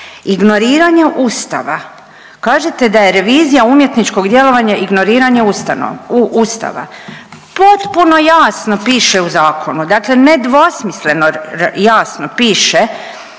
Ignoriranje Ustava, kažete da je revizija umjetničkog djelovanja ignoriranje Ustava, potpuno jasno piše u zakonu dakle nedvosmisleno jasno piše